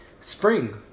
Spring